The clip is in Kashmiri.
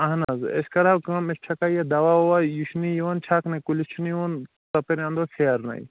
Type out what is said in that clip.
اہن حظ أسۍ کَرہاو کٲم مےٚ چھَکا یہِ دوا وَوا یہِ چھُنہٕ یِوان چھَکنَے کُلِس چھُنہٕ یِوان ژۄپٲرۍ اَنٛدو پھیرنَے